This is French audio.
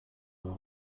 ont